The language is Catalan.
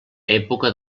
època